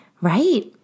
right